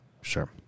Sure